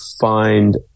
find